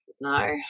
no